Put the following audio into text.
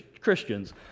Christians